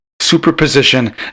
Superposition